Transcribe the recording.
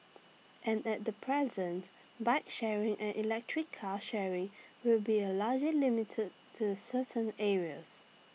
and at the present bike sharing and electric car sharing with be largely limited to certain areas